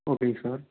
ஓகேங்க சார்